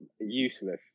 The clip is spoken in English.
useless